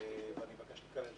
ואני מבקש להיכלל שם.